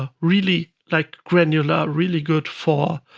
ah really like granular, really good for